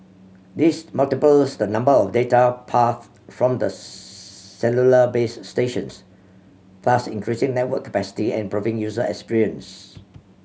this multiplies the number of data paths from the cellular base stations thus increasing network capacity and proving user experience